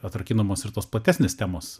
atrakinamos ir tuos platesnės temos